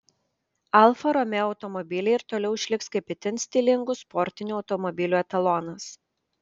alfa romeo automobiliai ir toliau išliks kaip itin stilingų sportinių automobilių etalonas